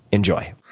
enjoy.